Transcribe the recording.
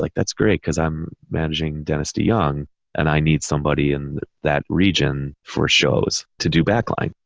like that's great cause i'm managing dennis deyoung and i need somebody in that region for shows to do backline.